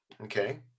okay